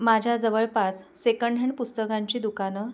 माझ्या जवळपास सेकंडहँड पुस्तकांची दुकानं